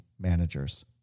managers